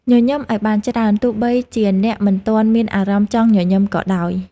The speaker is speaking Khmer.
ញញឹមឱ្យបានច្រើន ទោះបីជាអ្នកមិនទាន់មានអារម្មណ៍ចង់ញញឹមក៏ដោយ។